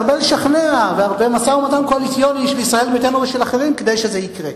הרבה לשכנע במשא-ומתן קואליציוני של ישראל ביתנו ואחרים כדי שזה יקרה.